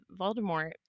Voldemort